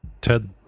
Ted